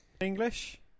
English